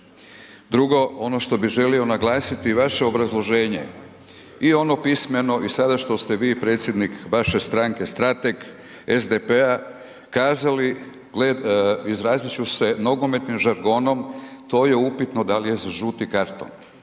Drugo, ono što bi želio naglasiti, vaše obrazloženje i ono pismeno i sada što ste vi predsjednik vaše stranke strateg SDP-a kazali, izrazit ću se nogometnim žargonom, to je upitno da li je za žuti karton,